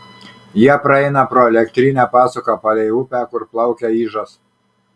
jie praeina pro elektrinę pasuka palei upę kur plaukia ižas